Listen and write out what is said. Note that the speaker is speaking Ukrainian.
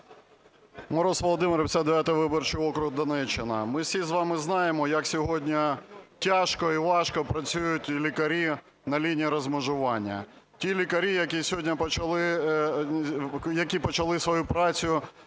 Мороз Володимир, 59 виборчий округ, Донеччина. Ми всі з вами знаємо, як сьогодні тяжко і важко працюють лікарі на лінії розмежування. Ті лікарі, які почали свою працю